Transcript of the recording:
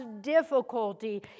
difficulty